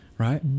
Right